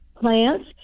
plants